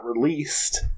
released